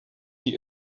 die